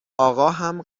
آقاهم